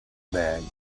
bag